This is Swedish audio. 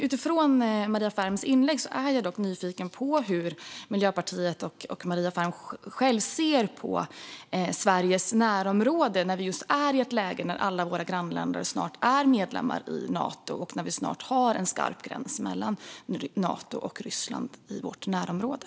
Utifrån Maria Ferms inlägg är jag dock nyfiken på hur Miljöpartiet och Maria Ferm ser på Sveriges närområde i ett läge när alla våra grannländer snart är medlemmar i Nato och när vi snart har en skarp gräns mellan Nato och Ryssland i vårt närområde.